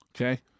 Okay